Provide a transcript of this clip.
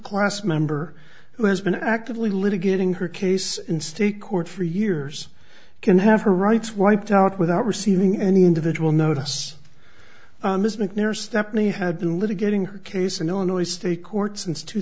class member who has been actively litigating her case in state court for years can have her rights wiped out without receiving any individual notice miss macnair stepney had been litigating her case in illinois state court since two